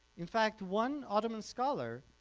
in fact one ottoman scholar